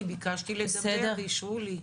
אני ביקשתי ואישרו לי,